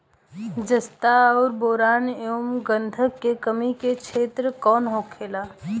जस्ता और बोरान एंव गंधक के कमी के क्षेत्र कौन होखेला?